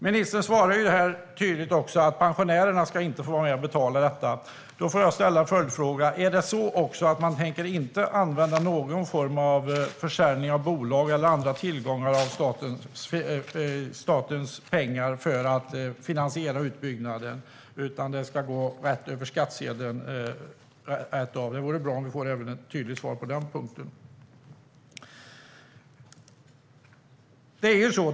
Ministern svarar tydligt att pensionärerna inte ska vara med och betala detta. Då får jag ställa en följdfråga: Är det också så att man inte tänker använda någon form av försäljning av bolag eller andra tillgångar av statens pengar för att finansiera utbyggnaden? Ska det gå rätt över skattsedeln? Det vore bra om vi kunde få ett tydligt svar även på den punkten.